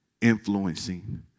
influencing